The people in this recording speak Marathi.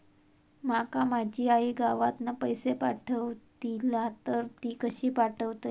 माका माझी आई गावातना पैसे पाठवतीला तर ती कशी पाठवतली?